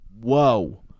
Whoa